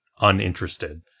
uninterested